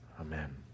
Amen